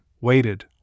waited